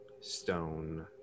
stone